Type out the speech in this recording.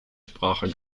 sprache